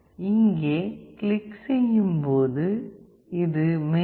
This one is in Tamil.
நீங்கள் இங்கே கிளிக் செய்யும் போது இது மெயின்